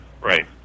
right